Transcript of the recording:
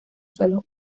suelos